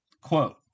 Quote